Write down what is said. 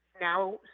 now